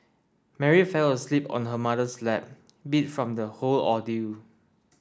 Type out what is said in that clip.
Mary fell asleep on her mother's lap beat from the whole ordeal